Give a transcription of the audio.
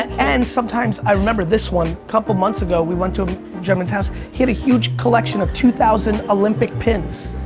and sometimes, i remember this one. a couple months ago we went to a german's house. he had a huge collection of two thousand olympic pins.